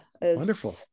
Wonderful